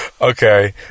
Okay